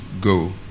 go